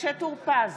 משה טור פז,